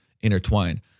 intertwined